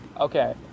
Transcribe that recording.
Okay